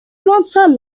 frontal